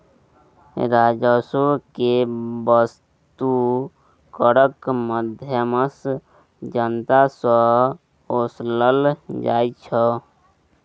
राजस्व केँ बस्तु करक माध्यमसँ जनता सँ ओसलल जाइ छै